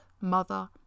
Mother